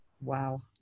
wow